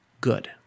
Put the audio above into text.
good